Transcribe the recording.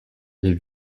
les